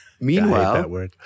Meanwhile